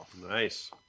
Nice